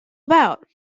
about